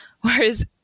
Whereas